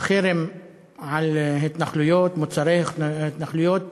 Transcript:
החרם על התנחלויות, מוצרי התנחלויות